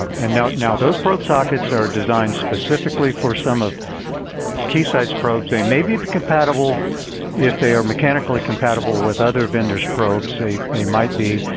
and now now those probe sockets are designed specifically for some of keysight's probes. they may be compatible if they are mechanically compatible with other vendors' probes they they might be.